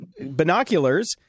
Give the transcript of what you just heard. binoculars